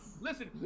Listen